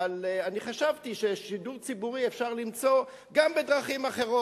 אבל אני חשבתי ששידור ציבורי אפשר למצוא גם בדרכים אחרות.